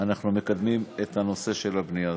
אנחנו מקדמים את הנושא של הבנייה.